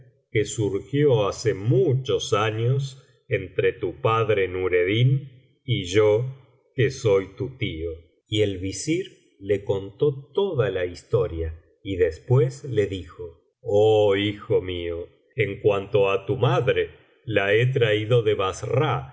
que surgió hace muchos años entre tu padre nureddin y yo que soy tu tío y el visir le contó toda la historia y después le dijo oh hijo mío en cuanto á tu madre la je traído de bassra